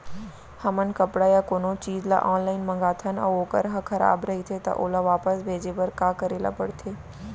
हमन कपड़ा या कोनो चीज ल ऑनलाइन मँगाथन अऊ वोकर ह खराब रहिये ता ओला वापस भेजे बर का करे ल पढ़थे?